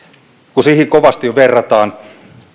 kun siihen kovasti verrataan